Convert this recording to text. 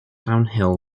downhill